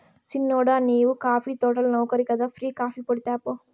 సిన్నోడా నీవు కాఫీ తోటల నౌకరి కదా ఫ్రీ గా కాఫీపొడి తేపో